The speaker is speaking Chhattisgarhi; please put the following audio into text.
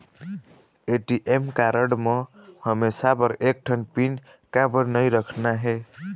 ए.टी.एम कारड म हमेशा बर एक ठन पिन काबर नई रखना हे?